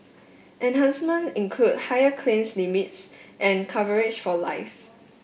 enhancements include higher claims limits and coverage for life